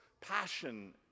passion